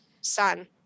son